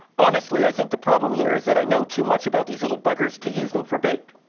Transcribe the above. honestly i think the problem here is that i know too much about these little buggers to use them for bait.